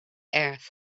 earth